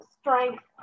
strength